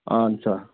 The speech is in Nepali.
हुन्छ